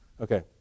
Okay